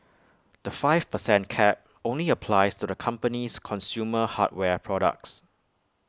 the five per cent cap only applies to the company's consumer hardware products